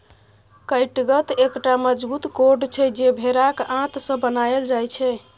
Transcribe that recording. कैटगत एकटा मजगूत कोर्ड छै जे भेराक आंत सँ बनाएल जाइ छै